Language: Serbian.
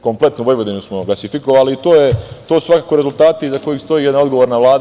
Kompletnu Vojvodinu smo gasifikovali i to su svakako rezultati iza kojih stoji jedna odgovorna Vlada.